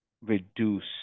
reduce